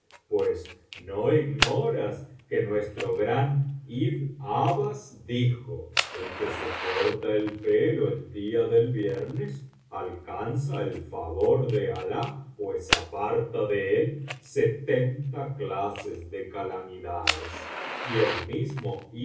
pues no ignoras que nuestro gran ibn abbas dijo el que se corta el pelo el día del viernes alcanza el favor de alah pues aparta de él setenta clases de calamidades y el mismo